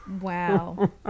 Wow